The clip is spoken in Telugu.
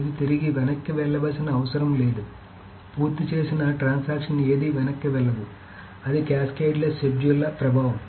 ఇది తిరిగి వెనక్కి వెళ్లవలసిన అవసరం లేదు పూర్తి చేసిన ట్రాన్సాక్షన్ ఏదీ వెనక్కి వెళ్లదు అది ఈ క్యాస్కేడ్ లెస్ షెడ్యూల్ల ప్రభావం